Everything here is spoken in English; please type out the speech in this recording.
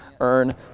earn